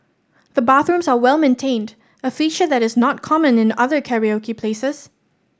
the bathrooms are well maintained a feature that is not common in other karaoke places